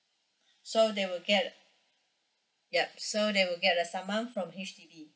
so they will get yup so they will get a summon from H_D_B